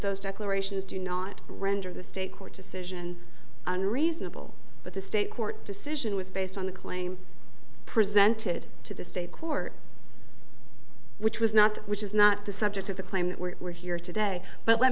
those declarations do not render the state court decision unreasonable but the state court decision was based on the claim presented to the state court which was not which is not the subject of the claim that we're here today but let